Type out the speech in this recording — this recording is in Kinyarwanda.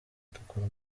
dukora